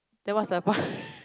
then what's the point